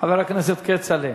חבר הכנסת כצל'ה.